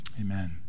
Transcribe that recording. Amen